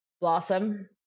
Blossom